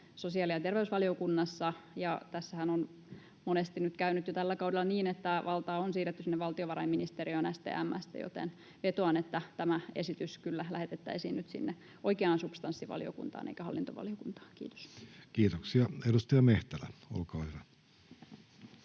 sosiaali- ja terveysvaliokunnassa. Tässähän on monesti nyt jo käynyt tällä kaudella niin, että valtaa on siirretty sinne valtiovarainministeriöön STM:stä, joten vetoan, että tämä esitys kyllä lähetettäisiin nyt sinne oikeaan substanssivaliokuntaan eikä hallintovaliokuntaan. — Kiitos. [Speech 75] Speaker: